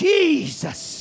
Jesus